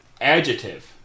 Adjective